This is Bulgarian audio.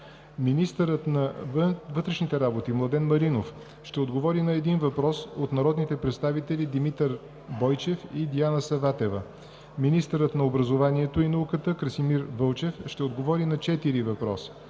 Министърът на вътрешните работи Младен Маринов ще отговори на един въпрос от народните представители Димитър Бойчев и Диана Саватева. 4. Министърът на образованието и науката Красимир Вълчев ще отговори на четири въпроса